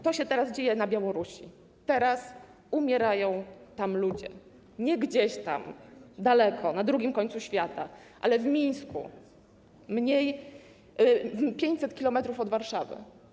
To się teraz dzieje na Białorusi, teraz umierają tam ludzie, nie gdzieś daleko, na drugim końcu świata, ale w Mińsku, 500 km od Warszawy.